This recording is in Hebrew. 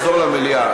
לחזור למליאה.